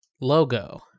logo